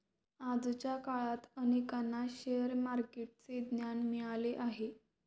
आजच्या काळात अनेकांना शेअर मार्केटचे ज्ञान मिळाले आहे